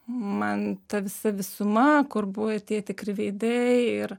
man ta visa visuma kur buvo tie tikri veidai ir